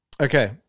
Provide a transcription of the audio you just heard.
Okay